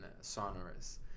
*Sonorous*